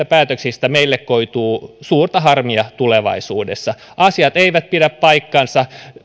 päätöksistä meille koituu suurta harmia tulevaisuudessa asiat eivät pidä paikkansa